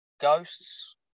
ghosts